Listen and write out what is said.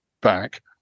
back